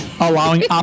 allowing